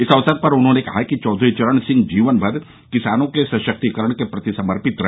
इस अवसर पर उन्होंने कहा कि चौधरी चरण सिंह जीवन भर किसानों के सशक्तिकरण के प्रति समर्पित रहे